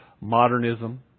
modernism